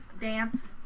dance